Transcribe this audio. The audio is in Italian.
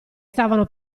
stavano